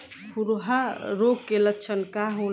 खुरहा रोग के लक्षण का होला?